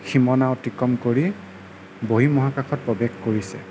সীমনা অতিক্ৰম কৰি বহিঃমহাকাশত প্ৰৱেশ কৰিছে